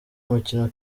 mukino